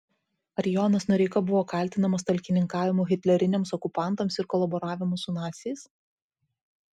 ar jonas noreika buvo kaltinamas talkininkavimu hitleriniams okupantams ir kolaboravimu su naciais